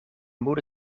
moet